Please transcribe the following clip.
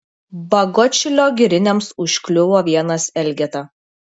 bagotšilio giriniams užkliuvo vienas elgeta